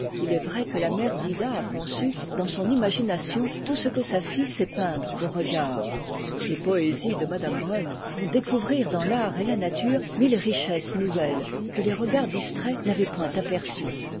il est vrai que la mère d'ida a conçu dans son imagination tout ce que sa fille sait peindre aux regards les poésies de madame brunn font découvrir dans l'art et la nature mille richesses nouvelles que les regards distraits n'avaient point aperçues